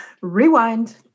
Rewind